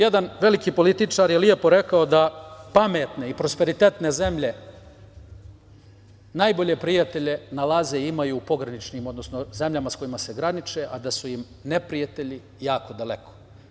Jedan veliki političar je lepo rekao da pametne i prosperitetne zemlje najbolje prijatelje nalaze i imaju u pograničnim, odnosno zemljama sa kojima se graniče, a da su im neprijatelji jako daleko.